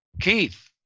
Keith